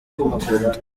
kumukunda